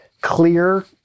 clear